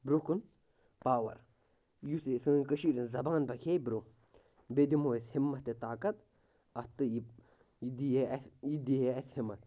برٛونٛہہ کُن پاوَر یُس یہِ سٲنۍ کٔشیٖرِ ہٕنٛز زبان پَکہِ ہے برٛونٛہہ بیٚیہِ دِمہو أسۍ ہِمَت تہٕ طاقت اَتھ تہٕ یہِ یہِ دِی ہے اَسہِ یہِ دِی ہَے اَسہِ ہِمت